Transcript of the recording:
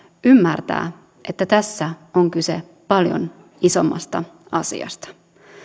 ymmärtää että tässä on kyse paljon isommasta asiasta